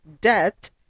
debt